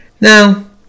Now